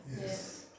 Yes